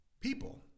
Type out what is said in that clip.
people